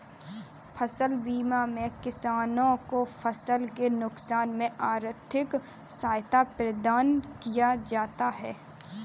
फसल बीमा में किसानों को फसल के नुकसान में आर्थिक सहायता प्रदान किया जाता है